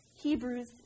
Hebrews